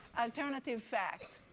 alternative facts.